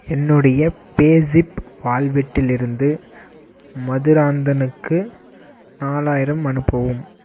என்னுடைய பேஸிப் வாலட்டில் இருந்து மதுராந்தனுக்கு நாலாயிரம் அனுப்பவும்